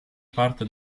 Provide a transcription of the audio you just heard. parte